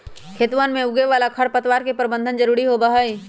खेतवन में उगे वाला खरपतवार के प्रबंधन जरूरी होबा हई